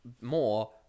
more